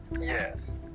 Yes